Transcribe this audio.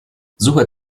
suche